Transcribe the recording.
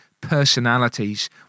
personalities